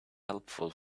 helpful